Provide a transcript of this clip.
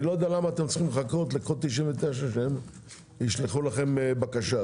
לא יודע למה אתם צריכים לחכות לקוד 99 שישלחו לכם בקשה.